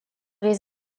les